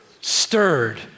Stirred